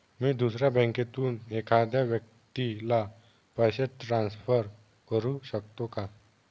मी दुसऱ्या बँकेतून एखाद्या व्यक्ती ला पैसे ट्रान्सफर करु शकतो का?